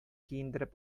киендереп